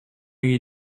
you